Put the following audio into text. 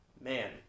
man